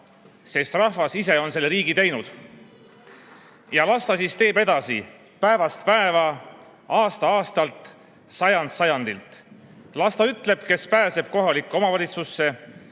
sest rahvas ise on selle riigi teinud. Las ta teeb siis edasi, päevast päeva, aastast aastasse, sajandist sajandisse. Las ta ütleb, kes pääseb kohalikku omavalitsusse,